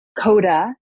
coda